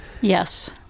Yes